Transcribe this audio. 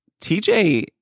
TJ